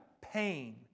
pain